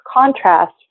contrast